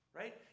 right